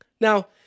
Now